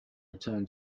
return